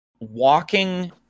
walking